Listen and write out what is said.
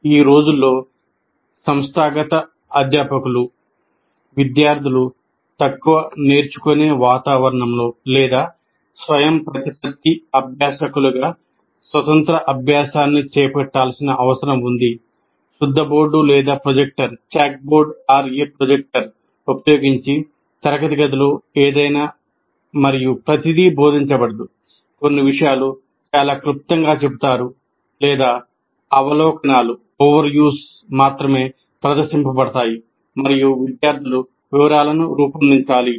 ఈ రోజుల్లో సంస్థాగత అధ్యాపకులు ప్రదర్శించబడతాయి మరియు విద్యార్థులు వివరాలను రూపొందించాలి